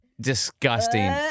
Disgusting